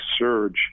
surge